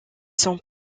sont